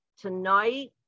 tonight